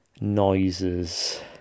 noises